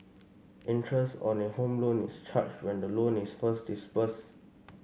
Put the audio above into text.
interest on a home loan is charged when the loan is first disbursed